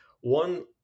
one